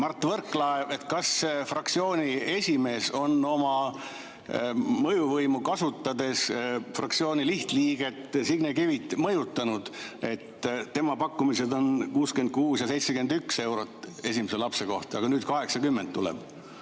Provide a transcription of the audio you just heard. Mart Võrklaev kui fraktsiooni esimees oma mõjuvõimu kasutades fraktsiooni lihtliiget Signe Kivi mõjutanud? Tema pakkumised on 66 ja 71 eurot esimese lapse kohta, aga nüüd tuleb